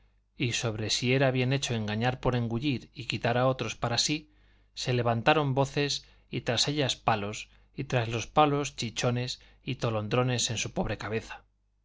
y sobre si era bien hecho engañar por engullir y quitar a otros para sí se levantaron voces y tras ellas palos y tras los palos chichones y tolondrones en su pobre cabeza